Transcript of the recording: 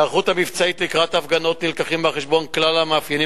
בהיערכות המבצעית לקראת הפגנות מובאים בחשבון כלל המאפיינים